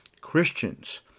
Christians